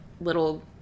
little